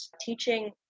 teaching